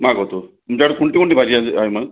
मागवतो तुमच्याकडे कोणती कोणती भाजी आहे मग